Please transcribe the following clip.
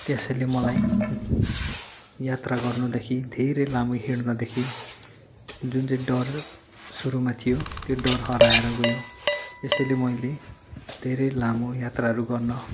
त्यसैले मलाई यात्रा गर्नुदेखि धेरै लामो हिँड्नदेखि जुनचाहिँ डर शुरूमा थियो त्यो डर हराएर गयो यसैले मैले धेरै लामो यात्राहरू गर्न